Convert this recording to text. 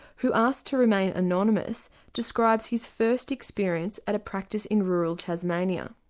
who asked to remain anonymous, describes his first experience at a practice in rural tasmania.